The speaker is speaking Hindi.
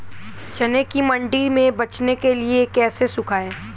चने को मंडी में बेचने के लिए कैसे सुखाएँ?